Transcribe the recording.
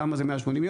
למה זה 180 יום.